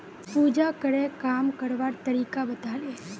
पूजाकरे काम करवार तरीका बताले